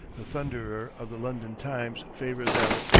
the thunderer of the london times favored them.